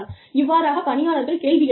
இவ்வாறாக பணியாளர்கள் கேள்வி எழுப்பலாம்